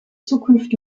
zukunft